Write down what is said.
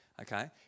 Okay